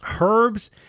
herbs